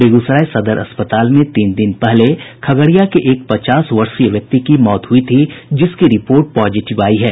बेगूसराय सदर अस्पताल में तीन दिन पहले खगड़िया के एक पचास वर्षीय व्यक्ति की मौत हुई थी जिसकी रिपोर्ट पॉजिटिव आयी है